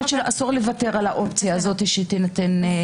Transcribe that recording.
אסור לוותר על האופציה הזו שתינתן.